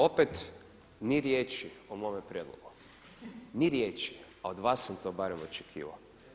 Opet ni riječi o mome prijedlogu, ni riječi, a od vas sam to barem očekivao.